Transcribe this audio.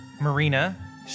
Marina